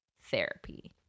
therapy